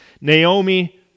Naomi